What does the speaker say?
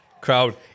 Crowd